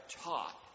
taught